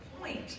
point